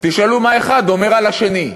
תשאלו מה אחד אומר על השני.